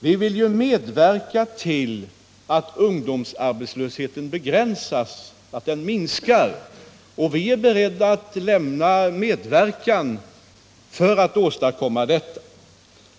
Vi vill ju medverka till att minska denna, och vi är beredda att hjälpa till.